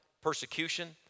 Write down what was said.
persecution